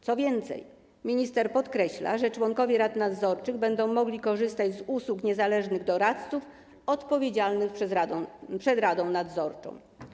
Co więcej, minister podkreśla, że członkowie rad nadzorczych będą mogli korzystać z usług niezależnych doradców odpowiedzialnych przed radą nadzorczą.